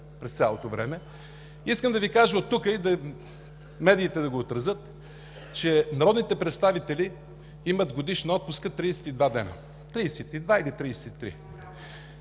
през цялото време. Искам да Ви кажа оттук и медиите да го отразят, че народните представители имат годишна отпуска 32 или 33